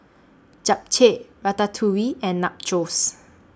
Japchae Ratatouille and Nachos